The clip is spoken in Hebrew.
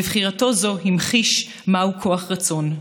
בבחירתו זו המחיש מהו כוח רצון,